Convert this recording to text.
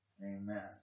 Amen